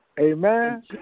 Amen